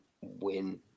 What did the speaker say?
win